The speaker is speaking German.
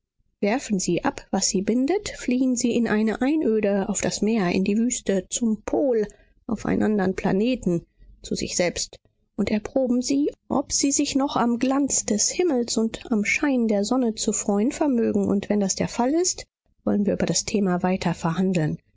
werfen sie ab was sie bindet fliehen sie in eine einöde auf das meer in die wüste zum pol auf einen andern planeten zu sich selbst und erproben sie ob sie sich noch am glanz des himmels und am schein der sonne zu freuen vermögen und wenn das der fall ist wollen wir über das thema weiter verhandeln